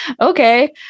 okay